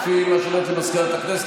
לפי מזכירת הכנסת,